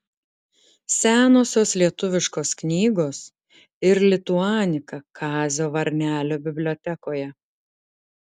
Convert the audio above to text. senosios lietuviškos knygos ir lituanika kazio varnelio bibliotekoje